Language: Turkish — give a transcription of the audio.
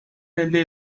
elde